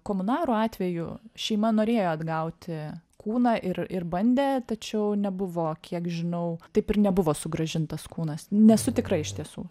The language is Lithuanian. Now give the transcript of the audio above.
komunarų atveju šeima norėjo atgauti kūną ir ir bandė tačiau nebuvo kiek žinau taip ir nebuvo sugrąžintas kūnas nesu tikra iš tiesų